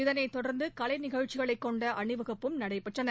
இதனை தொடர்ந்து கலைநிகழச்சிகளை கொண்ட அணிவ குப்பும் நடைபெற்றன